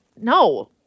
no